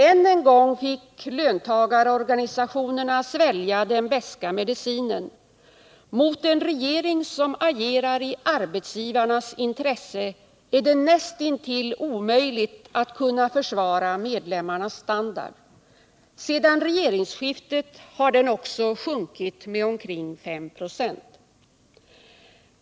Än en gång fick löntagarorganisationerna svälja den beska medicinen: mot en regering som agerar i arbetsgivarnas intresse är det näst intill omöjligt att kunna försvara medlemmarnas standard. Sedan regeringsskiftet har den också sjunkit med omkring 5 96.